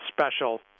special